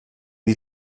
die